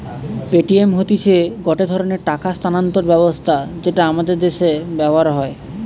Paytm হতিছে গটে ধরণের টাকা স্থানান্তর ব্যবস্থা যেটা আমাদের দ্যাশে ব্যবহার হয়